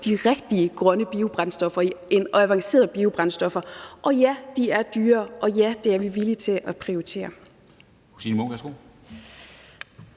de rigtige grønne biobrændstoffer, avancerede biobrændstoffer. Og ja, de er dyrere, og ja, det er vi villige til at prioritere.